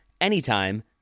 anytime